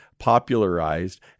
popularized